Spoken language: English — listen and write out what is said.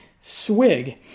swig